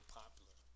popular